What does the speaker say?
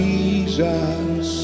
Jesus